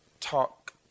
talk